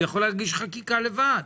אני יכול להגיש חקיקה לבד.